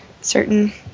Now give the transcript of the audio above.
certain